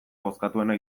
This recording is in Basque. bozkatuena